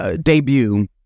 debut